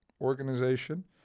organization